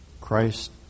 Christ